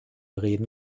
reden